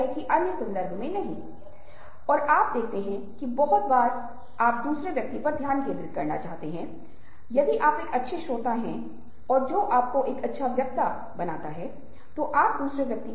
और मिररिंग वह जगह है जहाँ आप देखते हैं कि आप अपने आप को दूसरे व्यक्ति की जगह पर रखने की कोशिश कर रहे हैं और अनुभव कर रहे हैं या आप उस प्रति का अनुकरण करने की कोशिश कर रहे हैं जो आपके व्यवहार में भी है